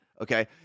Okay